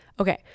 Okay